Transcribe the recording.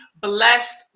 blessed